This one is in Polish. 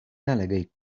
nalegaj